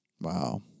Wow